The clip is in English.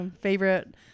favorite